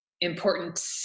important